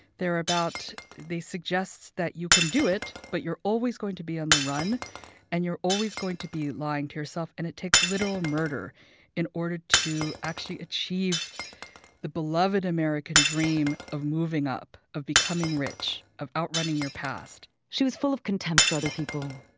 they're about they suggests that you can do it, but you're always going to be on the run and you're always going to be lying to yourself. and it takes literal murder in order to actually achieve the beloved american dream of moving up, of becoming rich, of outrunning your past she was full of contempt for other people.